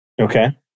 Okay